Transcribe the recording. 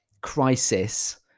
crisis